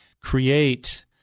create